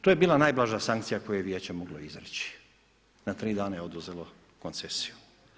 To je bila najblaža sankcija koje je vijeće moglo izaći, na 3 dana je oduzelo koncesiju.